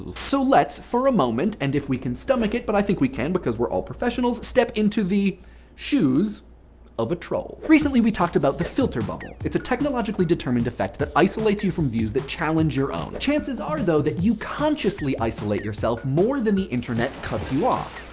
so let's for a moment and if we can stomach it, but i think we can, because we're all professionals step into the shoes of a troll. recently we talked about the filter bubble. it's a technologically determined effect that isolates you from views that challenge your own. chances are, though, that you consciously isolate yourself more than the internet cuts you off.